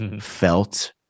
felt